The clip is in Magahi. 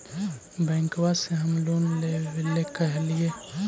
बैंकवा से हम लोन लेवेल कहलिऐ?